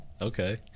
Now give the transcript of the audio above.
Okay